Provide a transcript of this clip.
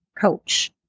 coach